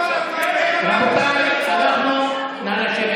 נא לשבת.